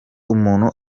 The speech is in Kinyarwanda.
umuntu